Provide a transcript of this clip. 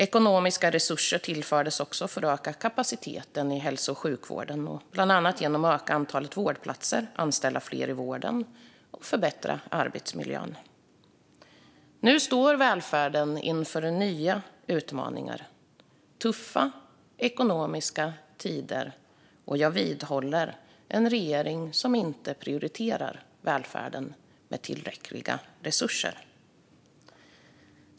Ekonomiska resurser tillfördes också för att öka kapaciteten i hälso och sjukvården, bland annat genom att öka antalet vårdplatser, anställa fler i vården och förbättra arbetsmiljön. Nu står välfärden inför nya utmaningar och tuffa ekonomiska tider - och med en regering som inte prioriterar välfärden med tillräckliga resurser.